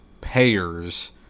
payer's